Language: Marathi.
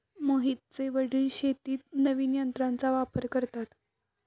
मोहितचे वडील शेतीत नवीन तंत्राचा वापर करतात